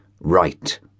right